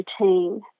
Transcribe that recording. routine